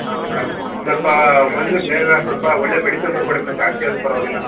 ಹಾಂ ಮೇಡಮ್ ಸ್ವಲ್ಪ ಬಂದು ಬೇಗ ಸ್ವಲ್ಪ ಒಳ್ಳೆಯ ಮೆಡಿಸಿನ್ ಬರ್ಕೊಡಿ ಮೇಡಮ್ ಕಾಸ್ಟ್ಲಿ ಆದರೂ ಪರವಾಗಿಲ್ಲ